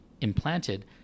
implanted